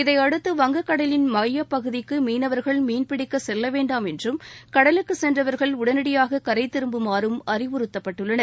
இதை அடுத்து வங்க கடலின் மையப்பகுதிக்கு மீனவர்கள் மீன்பிடிக்க கெல்ல வேண்டாம் என்றும் கடலுக்கு சென்றவர்கள் உடனடியாக கரை திரும்புமாறும் அறிவுறுத்தப்பட்டுள்ளனர்